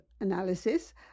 analysis